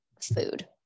food